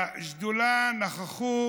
בשדולה נכחו